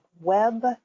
web